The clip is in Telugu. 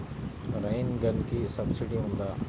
రైన్ గన్కి సబ్సిడీ ఉందా?